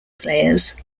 players